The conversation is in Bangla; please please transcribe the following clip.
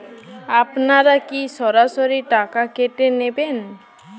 আপনারা কি সরাসরি টাকা কেটে নেবেন?